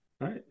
right